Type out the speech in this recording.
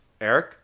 Eric